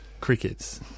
Crickets